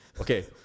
Okay